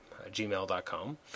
gmail.com